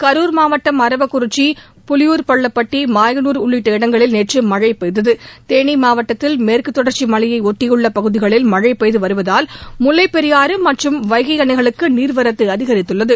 கரூர் மாவட்டம் அரவக்குறிச்சி புலியூர்பள்ளப்பட்டி மாயனூர் உள்ளிட்ட இடங்களில் நேற்று மழை பெய்தது தேனி மாவட்டத்தில் மேற்கு தொடர்ச்சி மலையை ஒட்டியுள்ள பகுதிகளில் மழை பெய்து வருவதால் முல்லை பெரியாறு மற்றும் வைகை அணைகளுக்கு நீர்வரத்து அதிகரித்துள்ளது